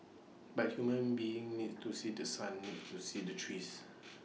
but human beings need to see The Sun need to see the trees